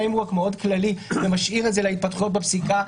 מסגרת מאוד כללית ולא להשאיר את זה להתפתחויות בפסיקה,